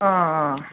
आं हां